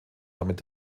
damit